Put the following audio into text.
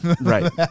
Right